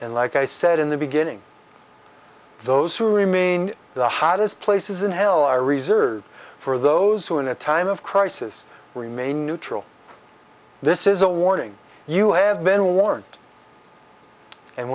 and like i said in the beginning those who remain the hottest places in hell are reserved for those who in a time of crisis remain neutral this is a warning you have been warned and